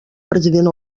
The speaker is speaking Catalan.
president